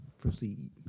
proceed